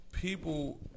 people